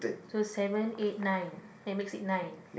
so seven eight nine that makes it nine